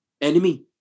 enemy